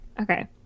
Okay